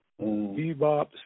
Bebop